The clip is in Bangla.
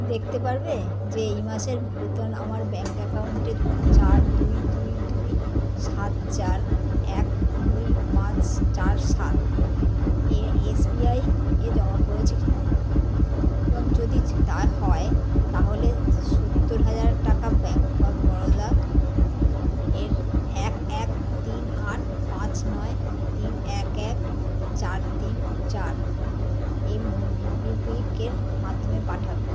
দেখতে পারবে যে এই মাসের বেতন আমার ব্যাঙ্ক অ্যাকাউন্টের চার দুই দুই দুই সাত চার এক দুই পাঁচ চার সাত এ এসবিআই এ জমা পড়েছে কিনা এবং যদি তা হয় তাহলে সত্তর হাজার টাকা ব্যাঙ্ক অফ বরোদা এর এক এক তিন আট পাঁচ নয় তিন এক এক চার তিন চার এ মোবিকুইক এর মাধ্যমে পাঠাবে